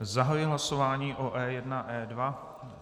Zahajuji hlasování o E1, E2.